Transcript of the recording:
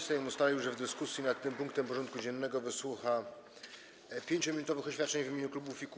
Sejm ustalił, że w dyskusji nad tym punktem porządku dziennego wysłucha 5-minutowych oświadczeń w imieniu klubów i kół.